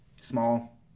small